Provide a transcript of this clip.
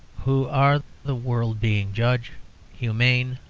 who are the world being judge humane,